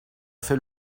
fait